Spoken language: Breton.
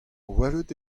welet